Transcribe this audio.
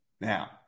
Now